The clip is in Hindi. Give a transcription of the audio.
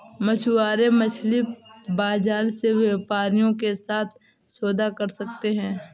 मछुआरे मछली बाजार में व्यापारियों के साथ सौदा कर सकते हैं